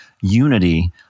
unity